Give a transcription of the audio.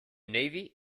navy